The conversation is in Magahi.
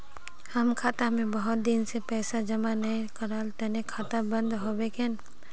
हम खाता में बहुत दिन से पैसा जमा नय कहार तने खाता बंद होबे केने?